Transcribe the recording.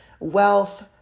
Wealth